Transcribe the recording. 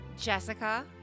Jessica